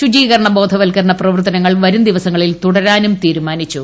ശുചീകരണ ബോധവൽക്കരണ പ്രവർത്തനങ്ങൾ ദിവസങ്ങളിൽ വരും തുടരാനും തീരുമാനിച്ചു